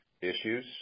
issues